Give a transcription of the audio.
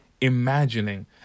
imagining